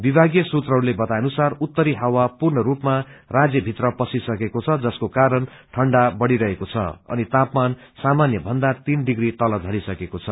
विभागीय सूत्रहरूले बताए अनुसार उत्तरी हावा पूर्ण रूपमा राज्यभित्र पसिसकेको छ जसको कारण ठण्डा बड़िरहेको छ अनि तापमान सामान्य भन्दा तीन डिग्री तल झरिसकेको छ